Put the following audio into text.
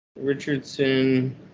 Richardson